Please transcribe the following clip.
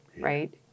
Right